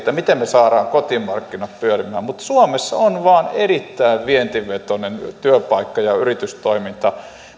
miten me saamme kotimarkkinat pyörimään mutta suomessa on vain erittäin vientivetoinen työpaikka ja ja yritystoiminta